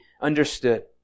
understood